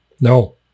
No